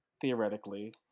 theoretically